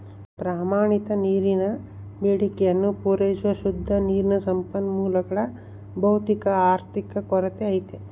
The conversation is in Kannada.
ಪ್ರಮಾಣಿತ ನೀರಿನ ಬೇಡಿಕೆಯನ್ನು ಪೂರೈಸುವ ಶುದ್ಧ ನೀರಿನ ಸಂಪನ್ಮೂಲಗಳ ಭೌತಿಕ ಆರ್ಥಿಕ ಕೊರತೆ ಐತೆ